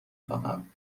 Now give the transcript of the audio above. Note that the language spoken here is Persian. خواهم